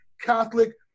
Catholic